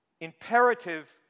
imperative